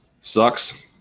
Sucks